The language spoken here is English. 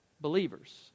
believers